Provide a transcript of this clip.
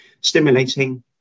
stimulating